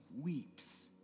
weeps